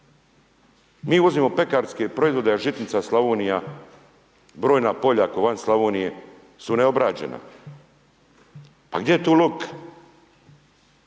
Mi uvozimo pekarske proizvode, a žitnica Slavonija, brojna polja, komad Slavonije su neobrađena. Pa gdje je tu logika?